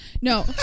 no